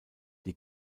die